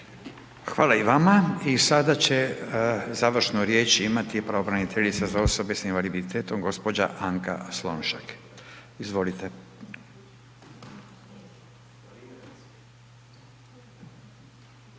Hvala i vama i sada će završno riječ imati pravobraniteljica za osobe s invaliditetom, gđa. Anka Slonjšak. Izvolite.